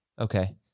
Okay